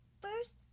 First